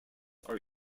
are